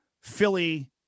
Philly